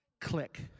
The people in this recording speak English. click